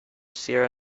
sierra